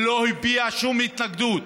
והוא לא הביע שום התנגדות